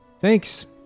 Thanks